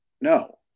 no